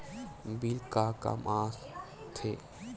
Bill का काम आ थे?